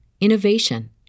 innovation